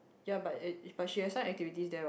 ya but it but she has some activities there what